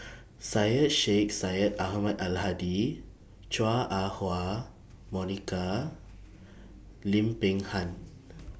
Syed Sheikh Syed Ahmad Al Hadi Chua Ah Huwa Monica Lim Peng Han